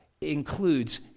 includes